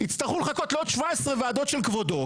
הצטרכו לחכות לעוד 17 ועדות של כבודו,